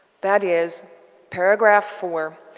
that is paragraph four.